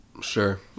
Sure